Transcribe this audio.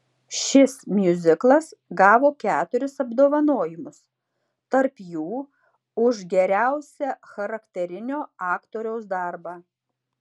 šis miuziklas gavo keturis apdovanojimus tarp jų už geriausią charakterinio aktoriaus darbą